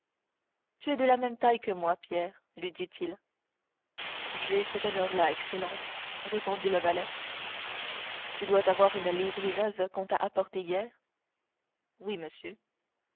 tu es de la même taille que moi pierre lui dit-il j'ai cet honneur là excellence répondit le valet tu dois avoir une livrée neuve qu'on t'a apportée hier oui monsieur